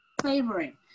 flavoring